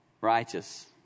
righteous